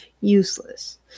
useless